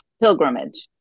Pilgrimage